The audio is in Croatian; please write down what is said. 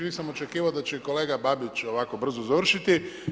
Nisam očekivao da će kolega Babić ovako brzo završiti.